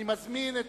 אני מזמין את